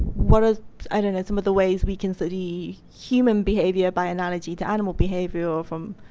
what are some of the ways we can study human behavior by analogy to animal behavior, or from